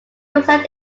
research